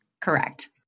Correct